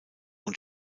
und